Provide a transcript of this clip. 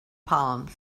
palms